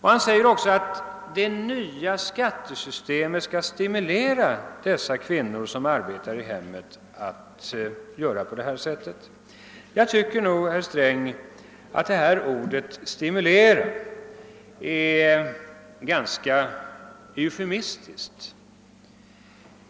Han tyckte också att det nya skattesystemet skall stimulera de kvinnor som arbetar i hemmet att skaffa sig arbete. Jag kan inte undgå att finna ordet »stimulera» eufemistiskt i det här sammanhanget.